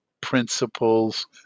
principles